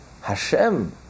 Hashem